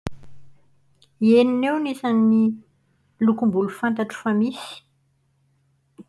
Enina eo ny isan'ny lokom-bolo fantatro fa misy.